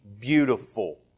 beautiful